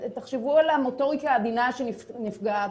תחשבו על המוטוריקה העדינה שנפגעת,